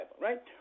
right